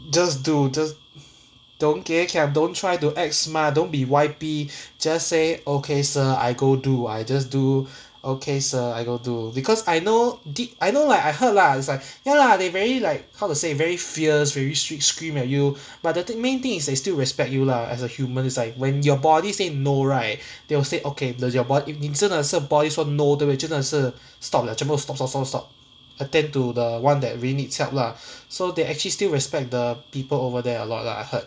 just do just don't kay kiang don't try to act smart don't be Y_P just say okay sir I go do I just do okay sir I go do because I know I know like I heard lah it's like ya lah they very like how to say very fierce very strict scream at you but the thing main thing is they still respect you lah as a human it's like when your body say no right they will say okay your body 你真的是 body 说 no 对不对真的是 stop liao 全部 stop stop stop stop stop attend to the one that really needs help lah so they actually still respect the people over there a lot lah I heard